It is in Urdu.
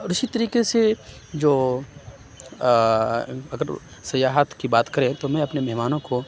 اور اِسی طریقے سے جو مطلب سیاحت کی بات کریں تو میں اپنے مہمانوں کو